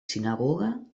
sinagoga